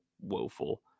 woeful